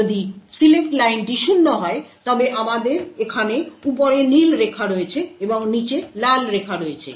যদি সিলেক্ট লাইনটি 0 হয় তবে আমাদের এখানে উপরে নীল রেখা রয়েছে এবং নীচে লাল রেখা রয়েছে